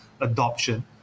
adoption